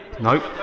nope